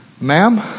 Ma'am